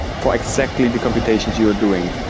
for exactly the computations you are doing.